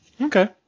Okay